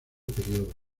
periodo